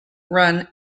run